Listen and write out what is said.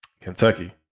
Kentucky